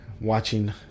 watching